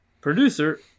Producer